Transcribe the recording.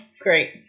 great